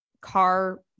car